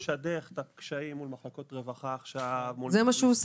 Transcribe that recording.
התפקיד שלו הוא לשדך את הנפגעים מול מחלקות רווחה ומול כל מה שצריך.